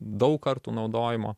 daug kartų naudojimo